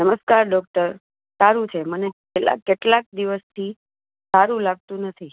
નમસ્કાર ડોકટર સારું છે મને છેલ્લા કેટલાક દિવસથી સારું લાગતું નથી